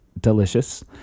delicious